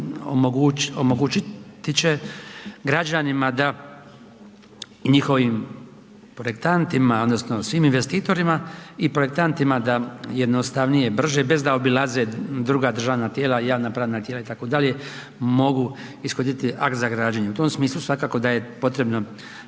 omogućiti će građanima da i njihovim projektantima odnosno svim investitorima i projektantima, da jednostavnije brže bez da obilaze druga državna tijela i javna pravna tijela itd., mogu ishoditi akt za građenje. U tom smislu svakako da je potrebno